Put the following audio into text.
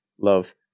love